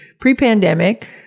pre-pandemic